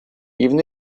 even